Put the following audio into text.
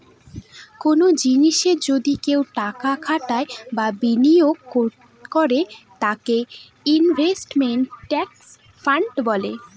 কোনো জিনিসে যদি কেউ টাকা খাটায় বা বিনিয়োগ করে তাকে ইনভেস্টমেন্ট ট্রাস্ট ফান্ড বলে